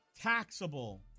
taxable